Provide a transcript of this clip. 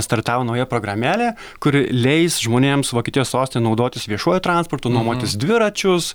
startavo nauja programėlė kuri leis žmonėms vokietijos sostinėj naudotis viešuoju transportu nuomotis dviračius